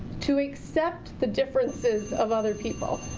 to accept the differences of other people.